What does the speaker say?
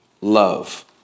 love